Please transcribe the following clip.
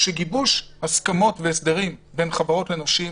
שגיבוש הסכמות והסדרים בין חברות לנושים